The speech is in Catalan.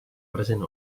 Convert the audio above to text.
present